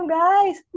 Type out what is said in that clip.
guys